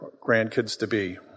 grandkids-to-be